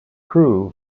crew